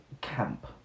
camp